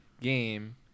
game